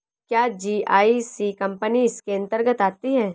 क्या GIC company इसके अन्तर्गत आती है?